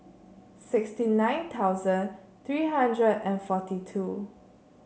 sixty nine thousand three hundred and forty two